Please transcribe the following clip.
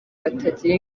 batagira